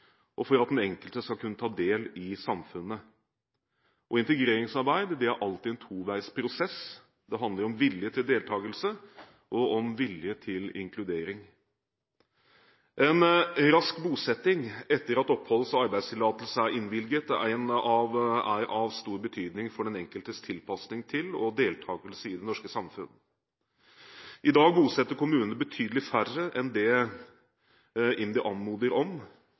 og for at den enkelte skal kunne ta del i samfunnet. Integreringsarbeid er alltid en toveisprosess. Det handler om vilje til deltakelse og om vilje til inkludering. En rask bosetting etter at oppholds- og arbeidstillatelse er innvilget, er av stor betydning for den enkeltes tilpasning til og deltakelse i det norske samfunn. I dag bosetter kommunene betydelig færre enn det IMDi anmoder om,